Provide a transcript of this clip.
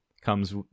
comes